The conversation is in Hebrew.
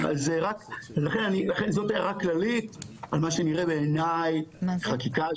ולכן זאת הערה כללית על מה שנראה בעיני חקיקה,